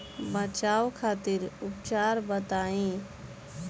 बचाव खातिर उपचार बताई?